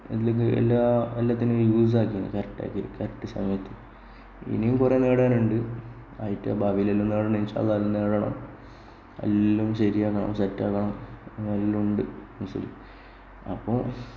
അല്ലെങ്കിൽ എല്ലാം നല്ലതിന് യൂസ് ആക്കിയിരുന്നു കറക്റ്റ് ആയി കറക്റ്റ് സമയത്ത് ഇനിയും കുറെ നേടാനുണ്ട് അതൊക്കെ ഭാവിയില് ഇൻഷാ അള്ളാഹ് നേടണം എല്ലാം ശെരിയാകണമെന്ന് നല്ലോണം ഉണ്ട് മീൻസ് അപ്പോൾ